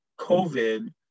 COVID